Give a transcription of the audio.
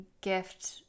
gift